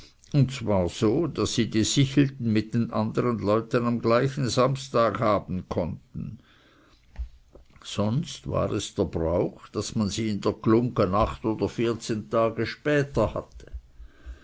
und zwar so daß sie die sichelten mit den andern leuten am gleichen samstag haben konnten sonst war es der brauch daß man sie in der glunggen acht oder vierzehn tage später hatte